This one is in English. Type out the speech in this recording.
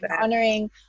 honoring